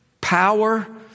power